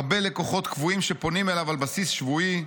הרבה לקוחות קבועים שפונים אליו על בסיס שבועי,